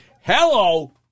Hello